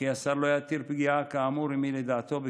וכי השר לא יתיר פגיעה כאמור אם לדעתו היא